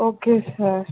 okay sir